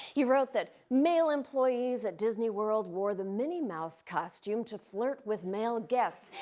he wrote that male employees at disney world wore the minnie mouse costume to flirt with male guests,